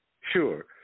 sure